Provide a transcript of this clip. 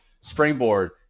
springboard